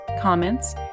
comments